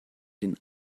den